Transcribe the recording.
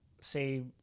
say